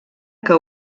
que